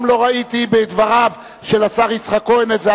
גם לא ראיתי בדבריו של השר יצחק כהן איזו